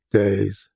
days